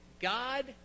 God